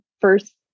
first